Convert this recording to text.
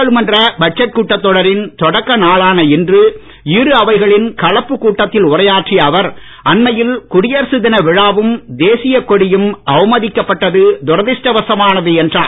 நாடாளுமன்ற பட்ஜெட் கூட்டத் தொடரின் தொடக்க நாளாள இன்று இரு அவைகளின் கலப்பு கூட்டத்தில் உரையாற்றிய அவர் அண்மையில் குடியரசு தின விழாவும் தேசிய கொடியும் அவமதிக்கப்பட்டது துரதிருஷ்ட வசமானது என்றார்